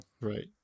right